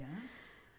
yes